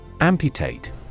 Amputate